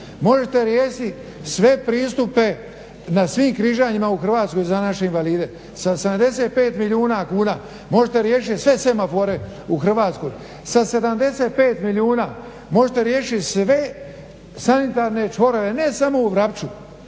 možete riješiti sve pristupe na svim križanjima u Hrvatskoj za naše invalide, sa 75 milijuna kuna možete riješiti sve semafore u Hrvatskoj, sa 75 milijuna možete riješiti sve sanitarne čvorove ne samo u Vrapču